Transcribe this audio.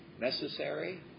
necessary